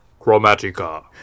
Chromatica